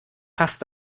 passt